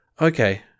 Okay